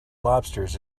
lobsters